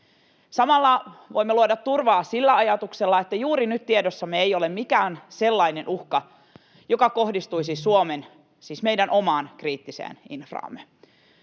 Samalla voimme luoda turvaa sillä ajatuksella, että juuri nyt tiedossamme ei ole mikään sellainen uhka, joka kohdistuisi Suomeen, siis meidän omaan kriittiseen infraamme.